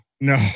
no